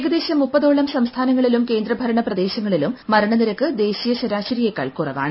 ഏകദേശം മുപ്പതോളം സംസ്ഥാനങ്ങളിലും കേന്ദ്രഭരണ പ്രദേശങ്ങളിലും മരണ നിരക്ക് ദേശീയ ശരാശരിയെക്കാൾ കുറവാണ്